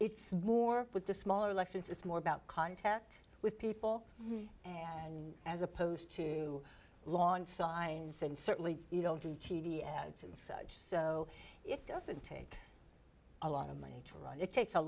it's more with the smaller elections it's more about contact with people and as opposed to long science and certainly you don't do t v ads and such so it doesn't take a lot of money to run it takes a